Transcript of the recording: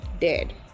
Dead